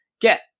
get